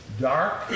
dark